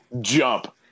Jump